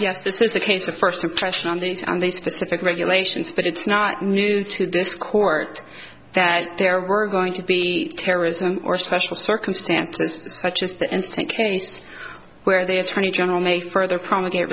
yes this is a case of first impression on these on these specific regulations but it's not new to this court that there were going to be terrorism or special circumstances such as the instant case where the attorney general may further promulgate